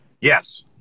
Yes